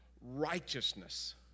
righteousness